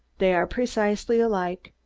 they are precisely alike,